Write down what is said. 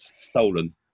stolen